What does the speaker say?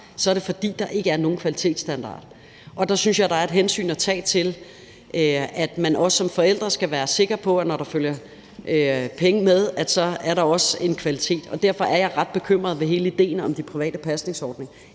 er det, fordi der ikke er nogen kvalitetsstandarder. Der synes jeg der er et hensyn at tage til, at man også som forældre skal være sikre på, at når der følger penge med, er der også kvalitet. Derfor er jeg ret bekymret over hele idéen med de private pasningsordninger